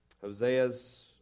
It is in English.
Hosea's